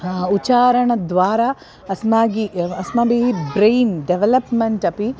उच्चारणद्वारा अस्माभिः अस्माभिः brain development अपि